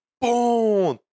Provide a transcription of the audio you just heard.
Boom